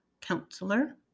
counselor